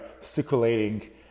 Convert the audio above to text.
circulating